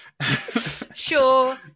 Sure